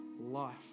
life